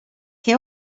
che